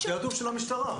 זה תעדוף של המשטרה.